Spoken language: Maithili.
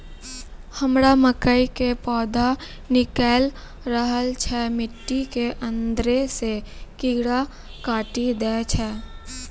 हमरा मकई के पौधा निकैल रहल छै मिट्टी के अंदरे से कीड़ा काटी दै छै?